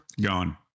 gone